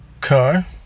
car